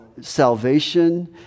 salvation